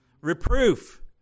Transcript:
Reproof